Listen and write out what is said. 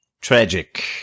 Tragic